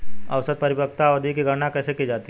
औसत परिपक्वता अवधि की गणना कैसे की जाती है?